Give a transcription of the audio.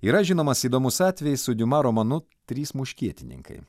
yra žinomas įdomus atvejis su diuma romanu trys muškietininkai